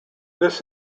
this